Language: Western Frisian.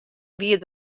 wie